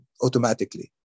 automatically